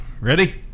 Ready